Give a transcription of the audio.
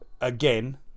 again